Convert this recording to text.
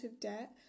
debt